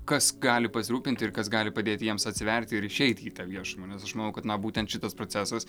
kas gali pasirūpinti ir kas gali padėti jiems atsiverti ir išeiti į tą viešumą nes aš manau kad na būtent šitas procesas